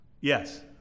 Yes